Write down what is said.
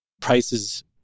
prices